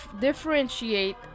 differentiate